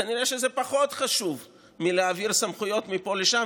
כנראה שזה פחות חשוב מלהעביר סמכויות מפה לשם,